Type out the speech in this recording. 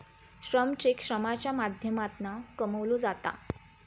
श्रम चेक श्रमाच्या माध्यमातना कमवलो जाता